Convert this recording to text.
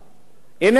אדוני היושב-ראש,